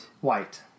white